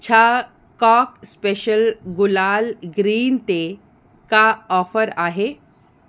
छा कॉक स्पेशल गुलाल ग्रीन ते का ऑफर आहे